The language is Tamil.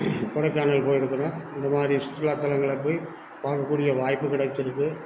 கொடைக்கானல் போயிருக்கறேன் இதுமாதிரி சுற்றுலாத்தலங்களை போய் பார்க்கக்கூடிய வாய்ப்பு கிடைச்சி இருக்கு